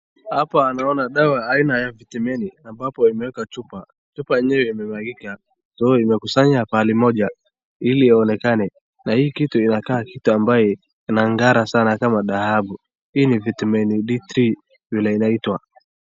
Hapa naona dawa aina ya vitamini ambapo imewekwa chupa chupa yenyewe imemwagika so imekusanya mahali pamoja ili ionekane hii kitu inakaa kitu ambaye inang'ara sana kama dhahabu, hii ni vitamin D three vile inaitwa.